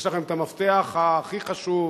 יש לכם המפתח הכי חשוב,